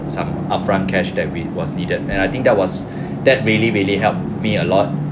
some upfront cash that we was needed and I think that was that really really helped me a lot